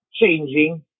changing